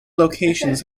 locations